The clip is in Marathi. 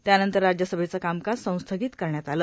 त्यानंतर राज्यसभेचं कामकाज संस्थगित करण्यात आलं